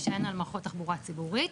להישען על מערכות תחבורה ציבורית,